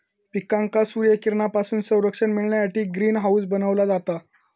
पिकांका सूर्यकिरणांपासून संरक्षण मिळण्यासाठी ग्रीन हाऊस बनवला जाता